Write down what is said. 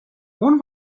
اون